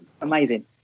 amazing